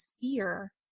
fear